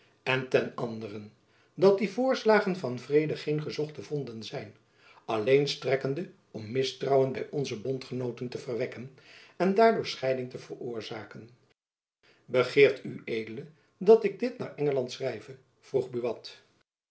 en ten anderen dat die voorslagen van vrede geen gezochte vonden zijn alleen strekkende om mistrouwen by onze bondgenooten te verwekken en daardoor scheiding te veroorzaken begeert ued dat ik dit naar engeland schrijve vroeg